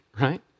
right